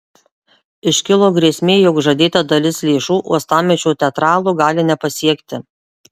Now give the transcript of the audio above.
iškilo grėsmė jog žadėta dalis lėšų uostamiesčio teatralų gali nepasiekti